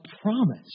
promise